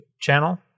channel